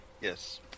yes